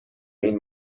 این